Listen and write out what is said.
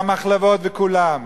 והמחלבות, וכולם?